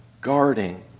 guarding